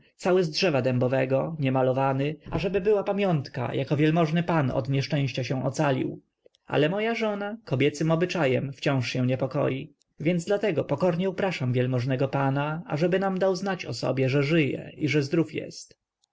cały z drzewa dębowego niemalowany ażeby była pamiątka jako wielmożny pan od nieszczęścia się ocalił ale moja żona kobiecym obyczajem wciąż się niepokoi więc dlatego pokornie upraszam wielmożnego pana ażeby nam dał znać o sobie że żyje i że zdrów jest